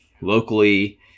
locally